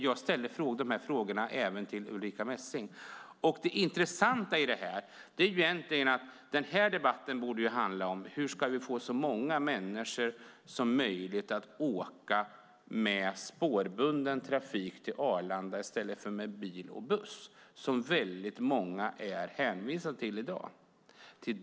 Jag ställde dessa frågor även till Ulrica Messing. Det intressanta i detta är egentligen att denna debatt borde handla om hur vi ska få så många människor som möjligt att åka med spårbunden trafik till Arlanda i stället för med bil och buss som många är hänvisade till i dag.